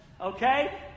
Okay